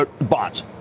bonds